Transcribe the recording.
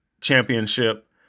championship